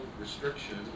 restriction